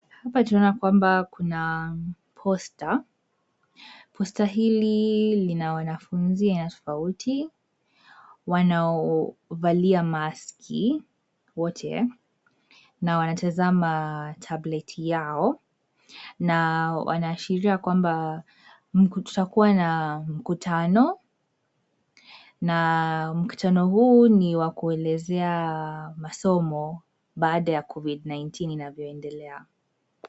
Hapa tunaona kwamba kuna posta. Posta hili lina wanafunzi inatofauti wanaovalia maski wote na wanatazama tablet yao na wanaashiria kwamba tutakuwa na mkutano na mkutano huu ni wa kuelezea masomo baada ya covid-19 inavyoendelea.